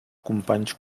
companys